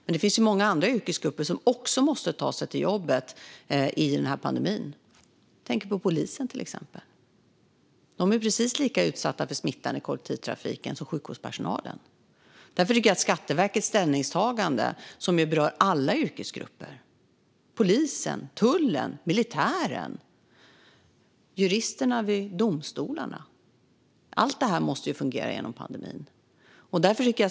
Men det finns många andra yrkesgrupper som också måste ta sig till jobbet under pandemin. Jag tänker till exempel på polisen, som är precis lika utsatt för smitta i kollektivtrafiken som sjukvårdspersonalen. Jag tycker att Skatteverkets ställningstagande som berör all personal är mycket bättre. Det gäller alla yrkesgrupper såsom polisen, tullen, militären och juristerna vid domstolarna. Allt detta måste fungera under pandemin.